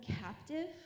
captive